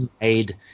made